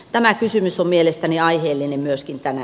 tämä kysymys on mielestäni aiheellinen myöskin tänä